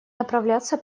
направляться